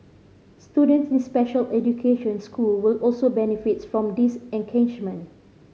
students in special education school will also benefit from these